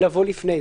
לבוא לפני?